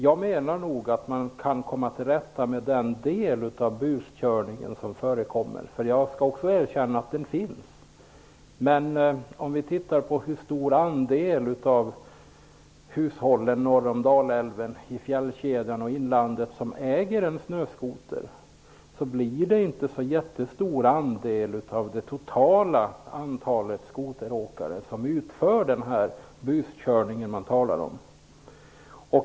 Jag vill hävda att man kan komma till rätta med en stor del av den buskörning som förekommer. Jag skall också erkänna att den finns. Men hur stor andel av hushållen norr om Dalälven, i fjällkedjan och inlandet äger en snöskoter? Det kan inte bli så stor andel av det totala antalet skoteråkare som utför den buskörning man talar om.